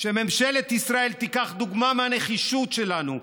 שממשלת ישראל תיקח דוגמה מהנחישות שלנו,